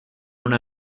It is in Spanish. una